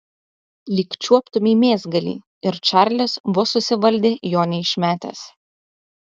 lyg čiuoptumei mėsgalį ir čarlis vos susivaldė jo neišmetęs